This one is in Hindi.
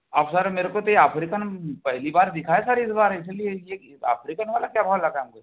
अब सर मेरे को तो यह अफ्रीकन पहली बार दिखा है सर इस बार इसलिए ये ये अफ्रीकन वाला क्या भाव लगाएंगे